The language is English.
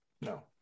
No